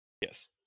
Yes